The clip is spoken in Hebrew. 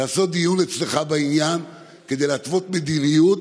לעשות דיון אצלך בעניין כדי להתוות מדיניות,